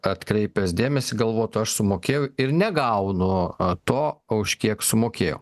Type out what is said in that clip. atkreipęs dėmesį galvotų aš sumokėjau ir negaunu to už kiek sumokėjau